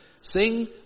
Sing